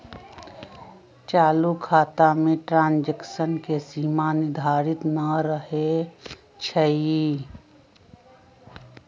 चालू खता में ट्रांजैक्शन के सीमा निर्धारित न रहै छइ